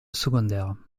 secondaire